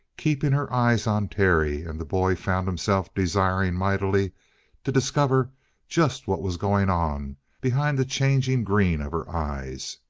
keeping her eyes on terry, and the boy found himself desiring mightily to discover just what was going on behind the changing green of her eyes.